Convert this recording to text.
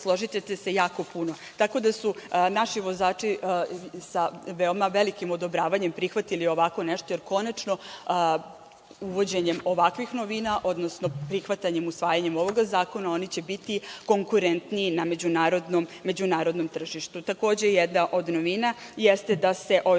tako da su naši vozači sa veoma velikim odobravanjem prihvatili ovako nešto, jer konačno, uvođenjem ovakvih novina, odnosno prihvatanjem, usvajanjem ovog zakona, oni će biti konkurentniji na međunarodnom tržištu. Takođe jedna od novina jeste da se